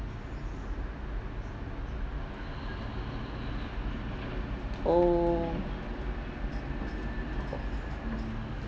oh